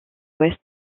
ouest